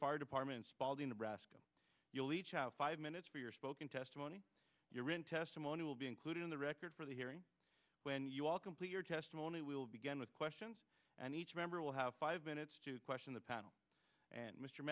fire department spalding nebraska you'll each have five minutes for your spoken testimony here in testimony will be included in the record for the hearing when you all complete your testimony we will begin with questions and each member will have five minutes to question the panel and mr